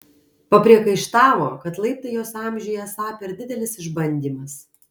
papriekaištavo kad laiptai jos amžiui esą per didelis išbandymas